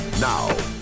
Now